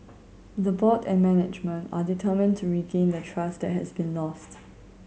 the board and management are determined to regain the trust that has been lost